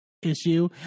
issue